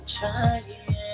trying